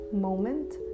moment